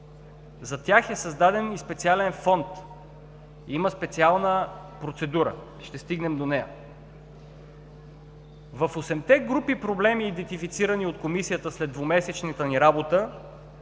За тях е създаден специален фонд, има специална процедура – ще стигнем и до нея. В осемте групи проблеми, идентифицирани от Комисията след двумесечната ни работа,